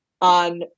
On